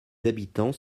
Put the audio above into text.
habitants